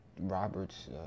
Roberts